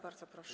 Bardzo proszę.